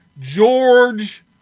George